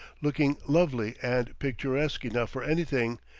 looking lovely and picturesque enough for anything,